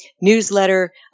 newsletter